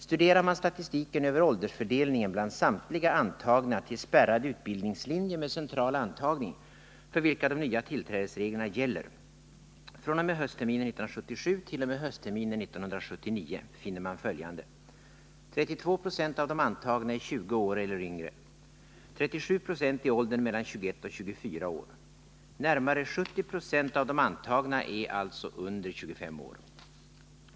Studerar man statistiken över åldersfördelningen bland samtliga antagna till spärrad utbildningslinje med central antagning, för vilka de nya tillträdesreglerna gäller, fr.o.m. höstterminen 1977 t.o.m. höstterminen 1979, finner man följande. 32 20 av de antagna är 20 år eller yngre och 37 90 i åldern 21-24 år. Närmare 70 90 av de antagna är således under 25 år.